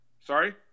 Sorry